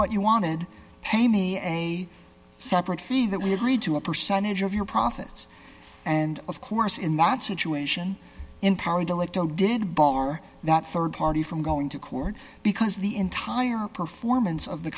what you wanted pay me a separate fee that we agreed to a percentage of your profits and of course in that situation empowered alecto did bar that rd party from going to court because the entire performance of the